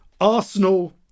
Arsenal